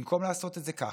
במקום לעשות את זה ככה,